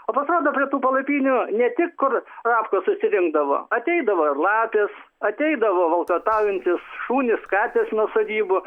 o po to dar prie tų palapinių ne tik kurapkos susirinkdavo ateidavo ir lapės ateidavo valkataujantys šunys katės nuo sodybų